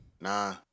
Nah